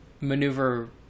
maneuver